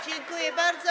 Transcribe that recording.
Dziękuję bardzo.